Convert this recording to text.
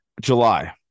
July